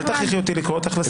אל תכריחי אותי לקרוא אותך לסדר.